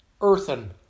earthen